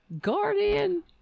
Guardian